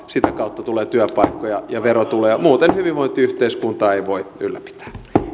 sitä kautta tulee työpaikkoja ja verotuloja muuten hyvinvointiyhteiskuntaa ei voi ylläpitää